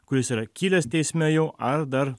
kuris yra kilęs teisme jau ar dar